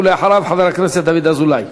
ואחריו, חבר הכנסת דוד אזולאי.